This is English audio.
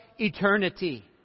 eternity